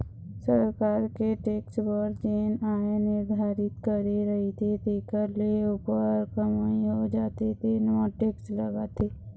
सरकार के टेक्स बर जेन आय निरधारति करे रहिथे तेखर ले उप्पर कमई हो जाथे तेन म टेक्स लागथे